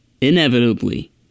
inevitably